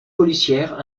policières